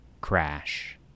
crash